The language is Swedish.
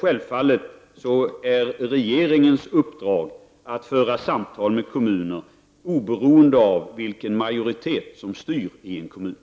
Självfallet är det regeringens mening att föra samtal med kommunerna oberoende av vilken majoritet som styr i kommunerna.